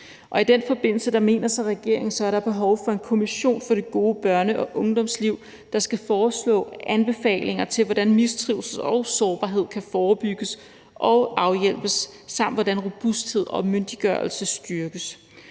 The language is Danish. I den forbindelse mener regeringen så at der er behov for en kommission for det gode børne- og ungdomsliv, der skal komme med anbefalinger til, hvordan mistrivsel og sårbarhed kan forebygges og afhjælpes, samt hvordan robusthed og myndiggørelse styrkes.